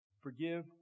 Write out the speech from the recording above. forgive